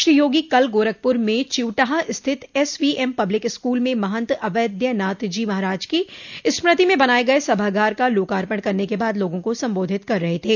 श्री योगी कल गोरखपुर में चिउटहा स्थित एसवीएम पब्लिक स्कूल में महंत अवैद्यनाथ जी महाराज की स्मृति में बनाये गये सभागार का लोकार्पण करने के बाद लोगों को संबोधित कर रहे थे